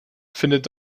findet